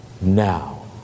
now